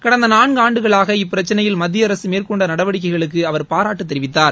கடந்தநான்காண்டுகளாக இப்பிரச்சினையில் மத்திய அரசுமேற்கொண்டநடவடிக்கைகளுக்கு அவர் பாராட்டுதெரிவித்தார்